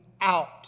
out